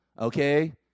Okay